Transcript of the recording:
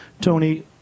Tony